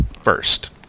first